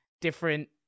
different